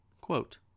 quote